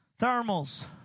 thermals